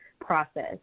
process